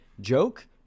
Joke